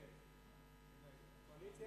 אם הקואליציה